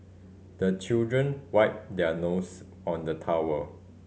the children wipe their nose on the towel